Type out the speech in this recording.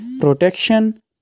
protection